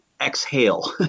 exhale